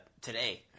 today